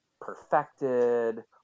perfected